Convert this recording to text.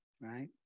right